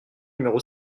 numéro